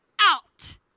out